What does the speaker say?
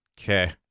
Okay